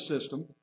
system